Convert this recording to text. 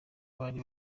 bari